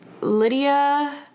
Lydia